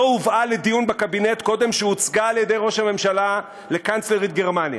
לא הובאה לדיון בקבינט קודם שהוצגה על-ידי ראש הממשלה לקנצלרית גרמניה.